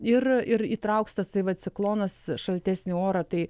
ir įtrauks tasai ciklonas šaltesnį orą tai